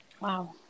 wow